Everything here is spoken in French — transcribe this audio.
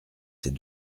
ces